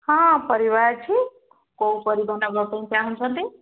ହଁ ପରିବା ଅଛି କେଉଁ ପରିବ ନେବା ପାଇଁ ଚାହୁଁଛନ୍ତି